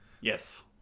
Yes